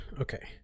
Okay